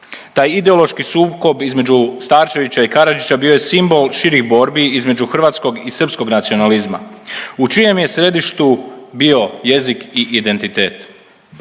Taj ideološki sukob između Starčevića i Karadžića bio je simbol širih borbi između hrvatskog i srpskog nacionalizma u čijem je središtu bio jezik i identitet.